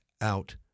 out